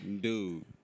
Dude